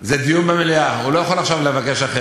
אנחנו יכולים להצביע.